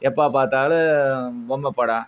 எப்போ பார்த்தாலும் பொம்மை படம்